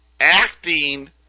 acting